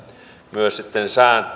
myös sitten